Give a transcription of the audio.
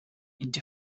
into